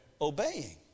obeying